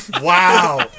Wow